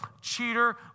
cheater